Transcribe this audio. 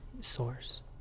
source